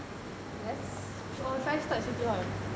yes should I stop at city hall